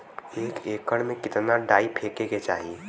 एक एकड़ में कितना डाई फेके के चाही?